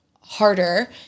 harder